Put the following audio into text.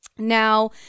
Now